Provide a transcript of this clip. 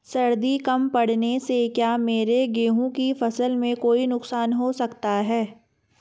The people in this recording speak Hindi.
सर्दी कम पड़ने से क्या मेरे गेहूँ की फसल में कोई नुकसान हो सकता है?